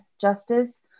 justice